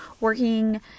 working